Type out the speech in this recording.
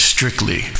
Strictly